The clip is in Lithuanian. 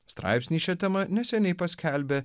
straipsnį šia tema neseniai paskelbė